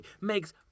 makes